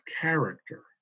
character